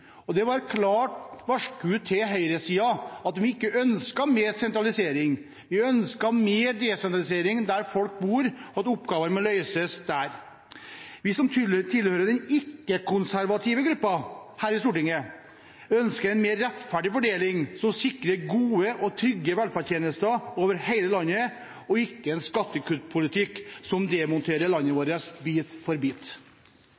ikke ønsker mer sentralisering. Vi ønsker mer desentralisering, der folk bor, og at oppgavene må løses der. Vi som tilhører den ikke-konservative gruppen her i Stortinget, ønsker en mer rettferdig fordeling som sikrer gode og trygge velferdstjenester over hele landet, og ikke en skattekuttpolitikk som demonterer landet vårt bit for bit.